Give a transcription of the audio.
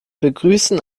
begrüßen